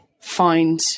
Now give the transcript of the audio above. find